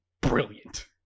brilliant